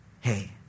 Hey